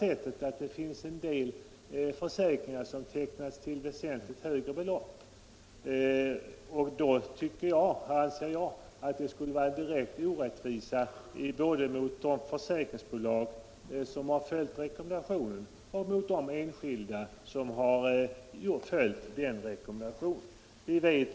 Har å andra sidan en del försäkringar tecknats till väsentligt högre belopp anser jag att det skulle vara en direkt orättvisa mot både försäkringsbolag och de enskilda som har följt rekommendationen om man flyttade fram ikraftträdandet till i dag.